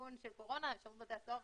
בסיכון של קורונה, שירות בתי הסוהר